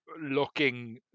looking